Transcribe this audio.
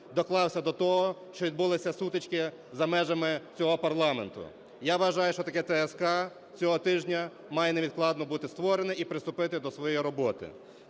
доклався до того, що відбулися сутички за межами цього парламенту. Я вважаю, що таке ТСК цього тижня має невідкладно бути створене, і приступити до своєї роботи.